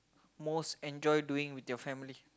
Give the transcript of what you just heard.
most enjoy doing with your family